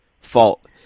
fault